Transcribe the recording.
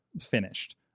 finished